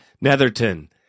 Netherton